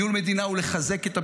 ניהול מדינה הוא לחזק את הביטחון,